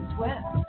Swift